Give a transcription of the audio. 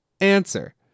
Answer